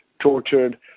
tortured